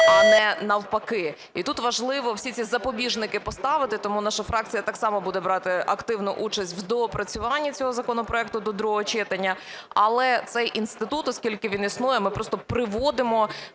а не навпаки. І тут важливо всі ці запобіжники поставити. Тому наша фракція так само буде брати активну участь у доопрацюванні цього законопроекту до другого читання. Але цей інститут, оскільки він існує, ми просто приводимо